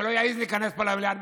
שלא יעז להיכנס לפה למליאה.